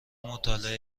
مطالعه